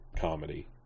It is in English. comedy